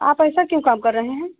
आप ऐसा क्यों काम कर रहे हैं